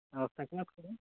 ᱟᱨ ᱥᱟᱠᱨᱟᱛ ᱠᱚᱨᱮ